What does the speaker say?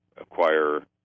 acquire